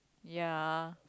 ya